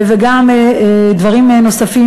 וגם דברים נוספים,